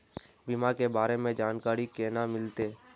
बीमा के बारे में जानकारी केना मिलते?